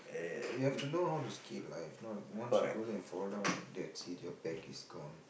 you have to know how to ski lah if not once you go there and fall down that's it your back is gone